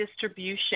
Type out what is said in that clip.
distribution